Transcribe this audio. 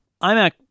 iMac